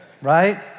Right